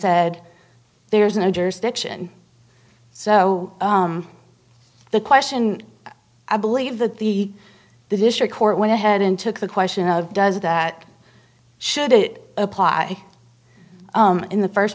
said there's no jurisdiction so the question i believe that the district court went ahead and took the question of does that should it apply in the first